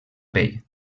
pell